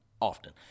often